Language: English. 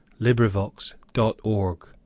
LibriVox.org